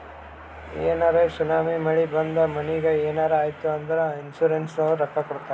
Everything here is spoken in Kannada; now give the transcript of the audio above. ಏನರೇ ಸುನಾಮಿ, ಮಳಿ ಬಂದು ಮನಿಗ್ ಏನರೇ ಆಯ್ತ್ ಅಂದುರ್ ಇನ್ಸೂರೆನ್ಸನವ್ರು ರೊಕ್ಕಾ ಕೊಡ್ತಾರ್